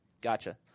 Gotcha